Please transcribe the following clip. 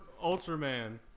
Ultraman